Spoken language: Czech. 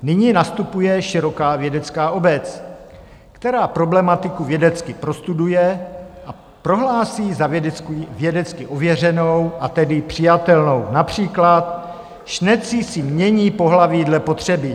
Nyní nastupuje široká vědecká obec, která problematiku vědecky prostuduje a prohlásí za vědecky ověřenou, a tedy přijatelnou, například: šneci si mění pohlaví dle potřeby.